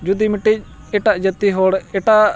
ᱡᱩᱫᱤ ᱢᱤᱫᱴᱤᱡ ᱮᱴᱟᱜ ᱡᱟᱹᱛᱤ ᱦᱚᱲ ᱮᱴᱟᱜ